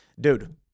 Dude